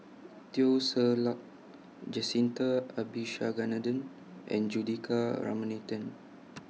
Teo Ser Luck Jacintha Abisheganaden and Juthika Ramanathan